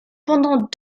pendant